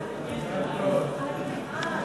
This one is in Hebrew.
חוק למניעת